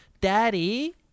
daddy